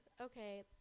Okay